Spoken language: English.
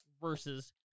Versus